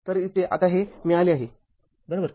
तर इथे आता हे मिळाले आहे बरोबर